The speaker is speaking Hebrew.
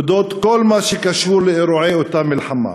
על אודות כל מה שקשור לאירועי אותה מלחמה,